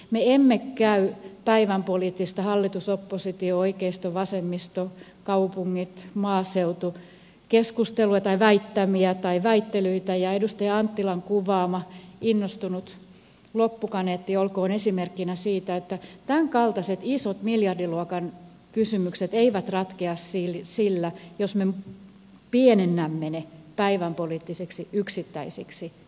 me emme käy päi vänpoliittista hallitusoppositio oikeistova semmisto kaupungitmaaseutu keskustelua tai väittelyä ja edustaja anttilan kuvaama innostunut loppukaneetti olkoon esimerkkinä siitä että tämänkaltaiset isot miljardiluokan kysymykset eivät ratkea sillä että me pienennämme ne päivänpoliittisiksi yksittäisiksi riidoiksi